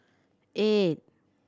eight